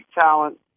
talent